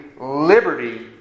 liberty